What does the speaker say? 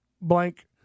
blank